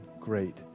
great